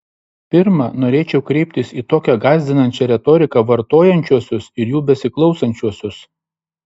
pirma norėčiau kreiptis į tokią gąsdinančią retoriką vartojančiuosius ir jų besiklausančiuosius